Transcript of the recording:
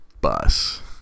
bus